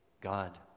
God